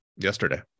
yesterday